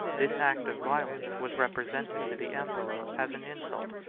this act of violence was represented to the emperor as an insult,